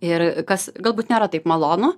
ir kas galbūt nėra taip malonu